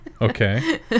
okay